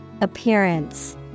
Appearance